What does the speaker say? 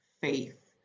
faith